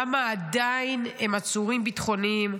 למה עדיין הם עצורים ביטחוניים?